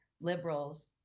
liberals